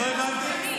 לא הבנתי.